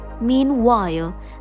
meanwhile